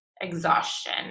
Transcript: exhaustion